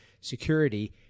security